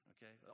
Okay